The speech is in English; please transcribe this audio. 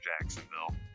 Jacksonville